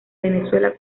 venezuela